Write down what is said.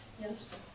Yes